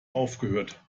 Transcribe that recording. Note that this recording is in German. aufgehört